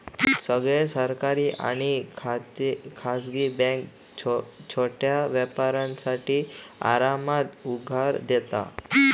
सगळ्या सरकारी आणि खासगी बॅन्का छोट्या व्यापारांका आरामात उधार देतत